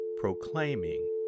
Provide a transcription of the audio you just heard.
proclaiming